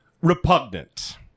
repugnant